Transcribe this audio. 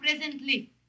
presently